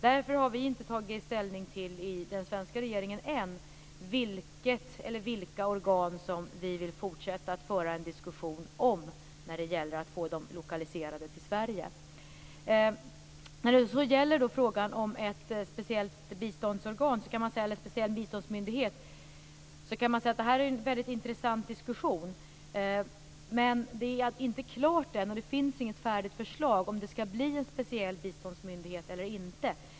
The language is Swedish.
Därför har vi i den svenska regeringen inte tagit ställning än till vilket eller vilka organ som vi vill fortsätta att föra en diskussion om när det gäller att få dem lokaliserade till Sverige. Frågan om en speciell biståndsmyndighet är en intressant diskussion. Men det är inte klart än. Det finns inget färdigt förslag om det skall bli en speciell biståndsmyndighet eller inte.